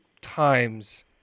times